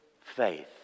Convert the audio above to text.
faith